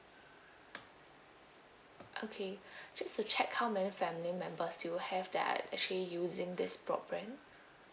okay just to check how many family members you have that are actually using this broadband